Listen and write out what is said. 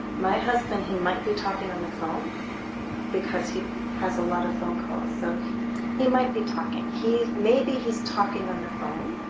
my husband he might be talking on the phone because he has a lot of phone calls, so he might be talking. maybe he's talking on the phone.